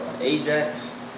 Ajax